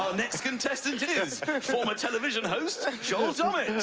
next contestant is former television host joel dommett.